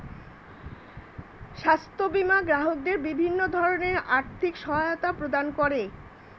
স্বাস্থ্য বীমা গ্রাহকদের বিভিন্ন ধরনের আর্থিক সহায়তা প্রদান করে